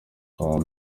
kwa